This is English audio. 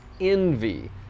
envy